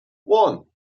one